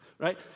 Right